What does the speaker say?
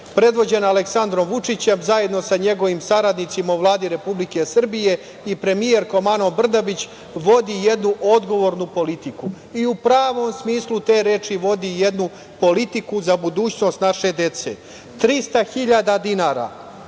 predvođena Aleksandrom Vučićem, zajedno sa njegovim saradnicima u Vladi Republike Srbije i premijerkom Anom Brnabić, vodi jednu odgovornu politiku i u pravom smislu te reči vodi jednu politiku za budućnost naše dece. Trista hiljada